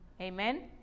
Amen